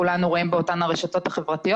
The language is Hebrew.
כולנו רואים את התמונות באותן הרשתות החברתיות.